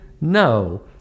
No